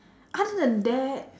other than that